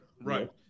right